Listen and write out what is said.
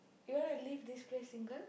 you wanna leave this place single